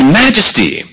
majesty